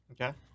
okay